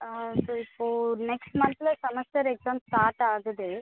அது இப்போது நெக்ஸ்ட் மன்த்தில் செமஸ்டர் எக்ஸாம் ஸ்டார்ட் ஆகுது